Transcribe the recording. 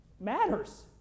matters